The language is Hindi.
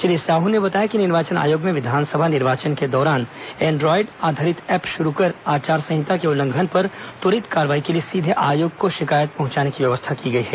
श्री साहू ने बताया कि निर्वाचन आयोग ने विधानसभा निर्वाचन के दौरान एंड्रायड आधारित ऐप शुरू कर आचार संहिता के उल्लंघन पर त्वरित कार्रवाई के लिए सीधे आयोग को शिकायत पहुंचाने की व्यवस्था की है